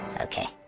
Okay